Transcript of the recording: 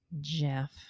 Jeff